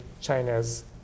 China's